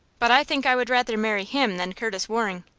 but i think i would rather marry him than curtis waring.